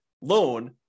loan